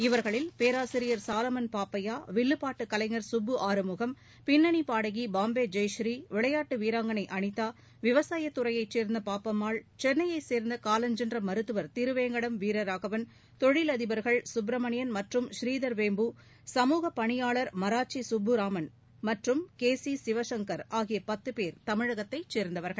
இவர்களில் பேராசிரியர் சாலமன் பாப்பையா வில்லுப்பாட்டு கலைஞர் சுப்பு ஆறுமுகம் பின்னணி பாடகி பாம்பே ஜெயஸ்ரீ விளையாட்டு வீராங்கனை அனிதா விவசாயத் துறையை சேர்ந்த பாப்பம்மாள் சென்னையைச் சேர்ந்த காலஞ்சென்ற மருத்துவர் திருவேங்கடம் வீரராகவன் தொழிலதிபர்கள் சுப்பிரமணியன் மற்றும் ஸ்ரீதர் வேம்பு சமூக பணியாளர் மராச்சி சுப்புராமன் மற்றும் கே சி சிவசங்கர் ஆகிய பத்து பேர் தமிழகத்தைச் சேர்ந்தவர்கள்